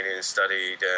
studied